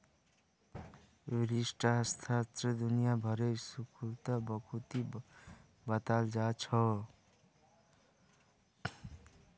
व्यष्टि अर्थशास्त्र दुनिया भरेर स्कूलत बखूबी बताल जा छह